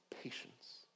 patience